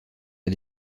les